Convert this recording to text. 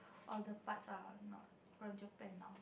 all the parts are not from Japan ah